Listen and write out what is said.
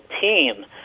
team